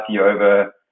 over